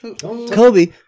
Kobe